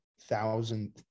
thousand